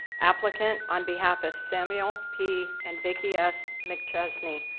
applicant, on behalf of samuel p. and vicki s. mcchesney,